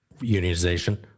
unionization